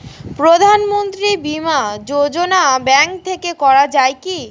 প্রধানমন্ত্রী বিমা যোজনা ব্যাংক থেকে করা যায় কি?